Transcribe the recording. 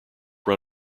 run